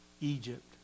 Egypt